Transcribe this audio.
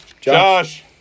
Josh